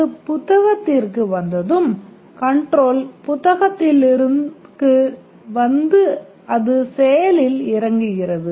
அது புத்தகத்திற்கு வந்ததும் கன்ட்ரோல் புத்தகத்திற்கு வந்து அது செயலில் இறங்குகிறது